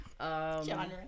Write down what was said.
genre